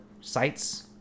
sites